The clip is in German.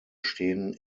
stehen